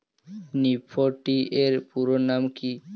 Nifty এর পুরোনাম কী?